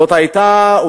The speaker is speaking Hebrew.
זאת היתה,